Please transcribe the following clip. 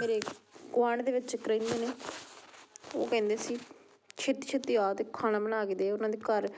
ਮੇਰੇ ਗੁਆਂਡ ਦੇ ਵਿੱਚ ਇੱਕ ਰਹਿੰਦੇ ਨੇ ਉਹ ਕਹਿੰਦੇ ਸੀ ਛੇਤੀ ਛੇਤੀ ਆ ਅਤੇ ਖਾਣਾ ਬਣਾ ਕੇ ਦੇ ਉਹਨਾਂ ਦੇ ਘਰ